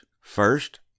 First